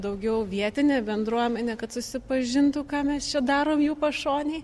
daugiau vietinė bendruomenė kad susipažintų ką mes čia darom jų pašonėj